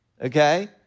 okay